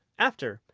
after,